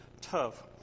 Tough